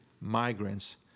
migrants